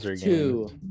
two